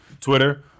Twitter